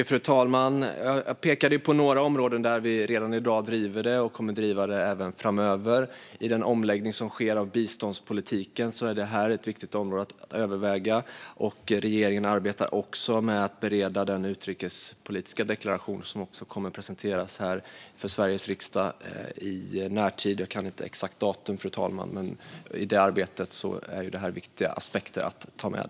Fru talman! Jag pekade på några områden där vi redan i dag driver detta och kommer att fortsätta att driva det. I den omläggning som sker av biståndspolitiken är detta ett viktigt område att överväga. Regeringen arbetar också med att bereda den utrikespolitiska deklaration som kommer att presenteras för Sveriges riksdag i närtid. Jag kan inte exakt datum, fru talman. I detta arbete är det här viktiga aspekter att ta med.